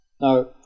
Now